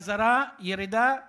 חזרה, ירידה,